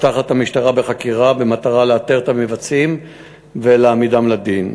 פותחת המשטרה בחקירה במטרה לאתר את המבצעים ולהעמידם לדין.